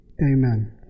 amen